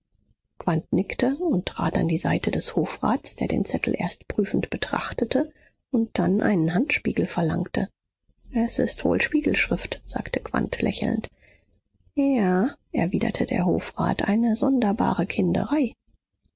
nickte und trat an die seite des hofrats der den zettel erst prüfend betrachtete und dann einen handspiegel verlangte es ist wohl spiegelschrift sagte quandt lächelnd ja erwiderte der hofrat eine sonderbare kinderei